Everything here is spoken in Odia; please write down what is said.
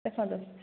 ଦେଖନ୍ତୁ